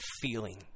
feeling